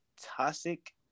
toxic